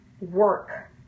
work